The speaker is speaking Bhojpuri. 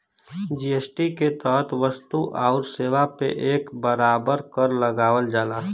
जी.एस.टी के तहत वस्तु आउर सेवा पे एक बराबर कर लगावल जाला